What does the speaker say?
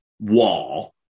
wall